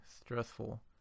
stressful